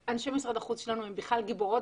כל הכבוד, אנשי משרד החוץ שלנו הם בכלל גיבורות